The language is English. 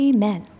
Amen